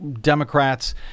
democrats